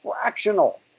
fractional